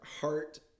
heart